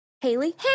Haley